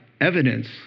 evidence